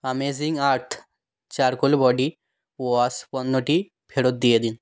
amazing earth charcoal body wash পণ্যটি ফেরত দিয়ে দিন